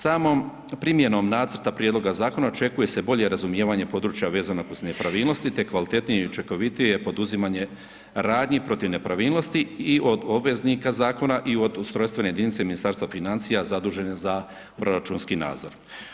Samom primjenom nacrta prijedloga zakona očekuje se bolje razumijevanje područja vezanog uz nepravilnosti te kvalitetnije i učinkovitije poduzimanje radnji protiv nepravilnosti i od obveznika zakona i od ustrojstvene jedinice Ministarstva financija zadužene za proračunski nadzor.